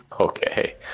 Okay